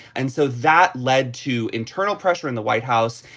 and so that led to internal pressure in the white house.